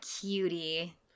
cutie